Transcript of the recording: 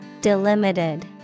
Delimited